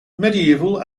medieval